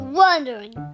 wondering